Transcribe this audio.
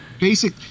basic